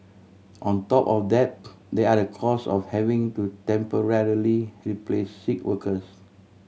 on top of that there are the cost of having to temporarily replace sick workers